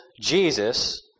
Jesus